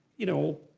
you know,